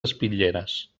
espitlleres